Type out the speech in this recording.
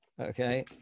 Okay